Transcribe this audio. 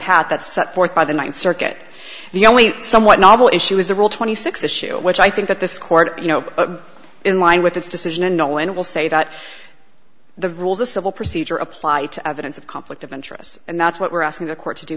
path that set forth by the ninth circuit the only somewhat novel issue is the rule twenty six issue which i think that this court you know in line with its decision and no one will say that the rules of civil procedure apply to evidence of conflict of interest and that's what we're asking the court to do